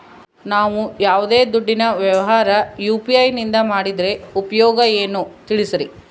ನಾವು ಯಾವ್ದೇ ದುಡ್ಡಿನ ವ್ಯವಹಾರ ಯು.ಪಿ.ಐ ನಿಂದ ಮಾಡಿದ್ರೆ ಉಪಯೋಗ ಏನು ತಿಳಿಸ್ರಿ?